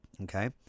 Okay